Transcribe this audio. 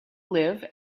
live